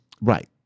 Right